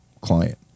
client